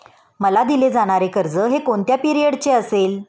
मला दिले जाणारे कर्ज हे कोणत्या पिरियडचे असेल?